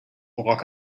luck